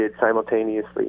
simultaneously